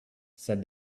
said